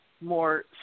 more